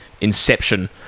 inception